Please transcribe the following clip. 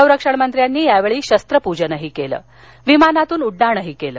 संरक्षण मंत्र्यांनी यावेळी शस्त्रपजनही केलं तसंच विमानतन उडडाणही केलं